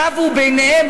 רבו ביניהם,